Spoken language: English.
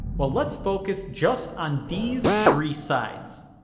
well, let's focus just on these three sides.